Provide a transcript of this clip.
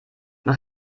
man